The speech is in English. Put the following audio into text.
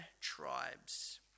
tribes